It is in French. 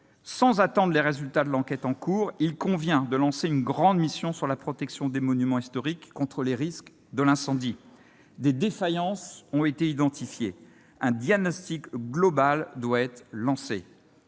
sans attendre les résultats de l'enquête en cours, il convient d'engager une grande mission sur la protection des monuments historiques contre les risques d'incendie. Des défaillances ont été identifiées. Un diagnostic global doit être lancé.